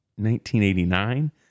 1989